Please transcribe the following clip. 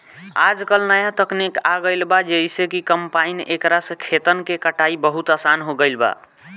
आजकल न्या तकनीक आ गईल बा जेइसे कि कंपाइन एकरा से खेतन के कटाई बहुत आसान हो गईल बा